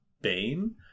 bane